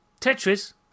Tetris